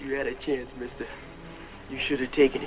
you had a chance mr you should have taken